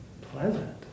pleasant